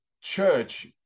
church